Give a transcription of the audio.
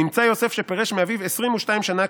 נמצא יוסף שפירש מאביו עשרים ושתיים שנה,